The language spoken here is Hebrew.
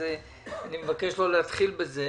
אני מבקש לא להתחיל בזה,